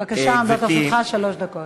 בבקשה, עומדות לרשותך שלוש דקות.